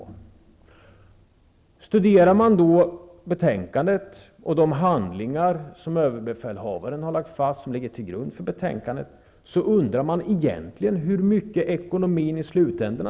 Vid studerande av betänkandet och de handlingar som överbefälhavaren har lagt fast ligger till grund för betänkandet undrar man egentligen hur mycket ekonomin spelat in i slutänden.